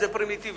איזה פרימיטיבי.